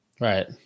Right